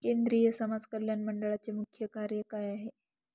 केंद्रिय समाज कल्याण मंडळाचे मुख्य कार्य काय आहे?